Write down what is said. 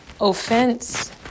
offense